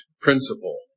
principle